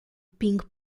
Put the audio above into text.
pingue